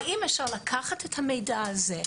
ואם אפשר לקחת את המידע הזה,